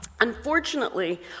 Unfortunately